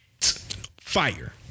Fire